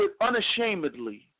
unashamedly